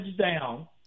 down